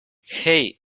hey